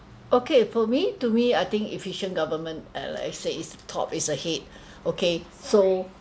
okay for me to me I think efficient government uh like I said top it's a head okay so